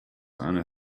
eine